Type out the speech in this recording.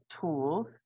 tools